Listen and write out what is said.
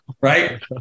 right